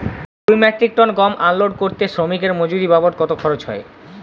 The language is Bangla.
দুই মেট্রিক টন গম আনলোড করতে শ্রমিক এর মজুরি বাবদ কত খরচ হয়?